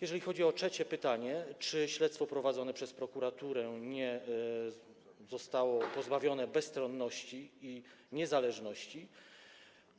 Jeżeli chodzi o trzecie pytanie, czy śledztwo prowadzone przez prokuraturę nie zostało pozbawione bezstronności i niezależności,